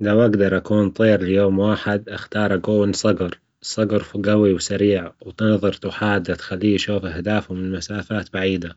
لو أقدر أكون طير ليوم واحد أختار أكون صجر، الصجر جوي وسريع ونظرته حادة تجدر تخليه يشوف أهدافه من مسافات بعيدة،